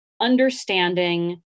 understanding